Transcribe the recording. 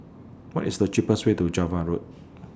What IS The cheapest Way to Java Road